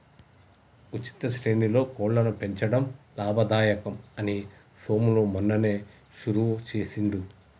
ఉచిత శ్రేణిలో కోళ్లను పెంచడం లాభదాయకం అని సోములు మొన్ననే షురువు చేసిండు